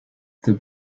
the